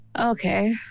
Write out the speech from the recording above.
okay